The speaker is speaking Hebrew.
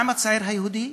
מה עם הצעיר היהודי?